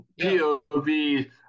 POV